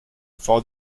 for